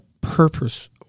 purpose